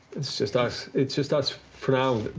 it's just us. it's just us for now,